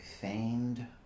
feigned